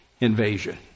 invasion